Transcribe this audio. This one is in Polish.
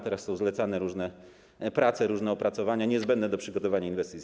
Teraz są zlecane różne prace, różne opracowania niezbędne do przygotowania inwestycji.